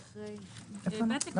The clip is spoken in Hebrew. אחרי "שר